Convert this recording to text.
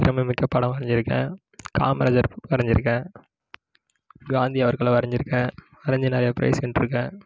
பெருமைமிக்க படம் வரைஞ்சிருக்கேன் காமராஜர் வரைஞ்சிருக்கேன் காந்தி அவர்களை வரைஞ்சிருக்கேன் வரைஞ்சி நிறையா ப்ரைஸ் வென்றுருக்கேன்